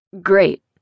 Great